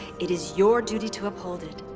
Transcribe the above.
it is your duty to uphold it.